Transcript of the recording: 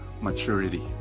maturity